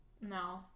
No